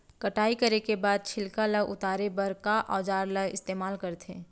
कटाई करे के बाद छिलका ल उतारे बर का औजार ल इस्तेमाल करथे?